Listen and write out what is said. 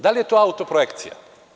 Da li je to auto-projekcija?